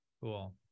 Cool